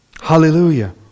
Hallelujah